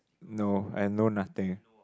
no and know nothing